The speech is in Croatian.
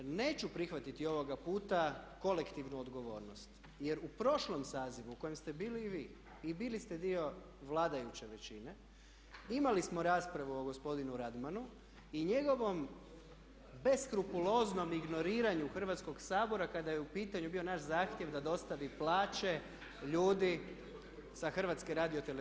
Neću prihvatiti ovoga puta kolektivnu odgovornost jer u prošlom sazivu u kojem ste bili i vi i bili ste dio vladajuće većine imali smo raspravu o gospodinu Radmanu i njegovom beskrupuloznom ignoriranju Hrvatskog sabora kada je u pitanju bio naš zahtjev da dostavi plaće ljudi sa HRT-a.